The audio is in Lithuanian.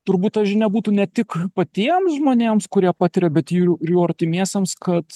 turbūt ta žinia būtų ne tik patiems žmonėms kurie patiria bet jų ir jų artimiesiems kad